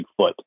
Bigfoot